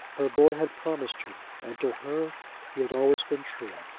her boy had promised her, and to her he had always been true.